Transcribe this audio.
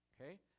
okay